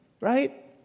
right